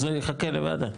אז זה יחכה לוועדה?